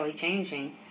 changing